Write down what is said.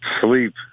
Sleep